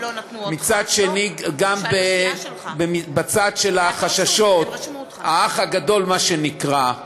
גם בצד של החששות, "האח הגדול", מה שנקרא,